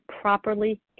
properly